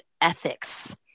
ethics